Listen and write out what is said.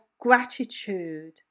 gratitude